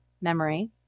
memory